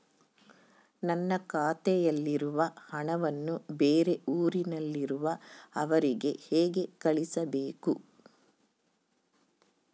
ನನ್ನ ಖಾತೆಯಲ್ಲಿರುವ ಹಣವನ್ನು ಬೇರೆ ಊರಿನಲ್ಲಿರುವ ಅವರಿಗೆ ಹೇಗೆ ಕಳಿಸಬೇಕು?